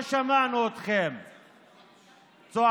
לא שמענו אתכם צועקים